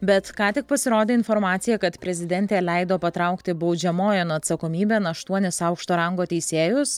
bet ką tik pasirodė informacija kad prezidentė leido patraukti baudžiamojon atsakomybėn aštuonis aukšto rango teisėjus